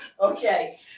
Okay